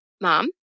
mom